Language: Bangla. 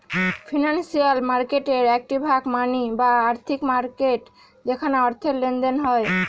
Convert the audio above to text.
ফিনান্সিয়াল মার্কেটের একটি ভাগ মানি বা আর্থিক মার্কেট যেখানে অর্থের লেনদেন হয়